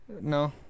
No